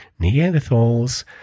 Neanderthals